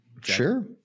Sure